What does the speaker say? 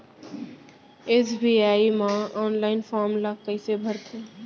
SBI म online form ल कइसे भरथे?